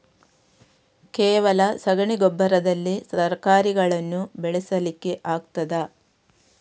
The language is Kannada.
ಕೇವಲ ಸಗಣಿ ಗೊಬ್ಬರದಲ್ಲಿ ತರಕಾರಿಗಳನ್ನು ಬೆಳೆಸಲಿಕ್ಕೆ ಆಗ್ತದಾ?